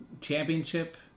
championship